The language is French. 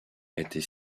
était